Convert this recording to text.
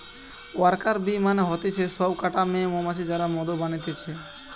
worker bee মানে হতিছে সব কটা মেয়ে মৌমাছি যারা মধু বানাতিছে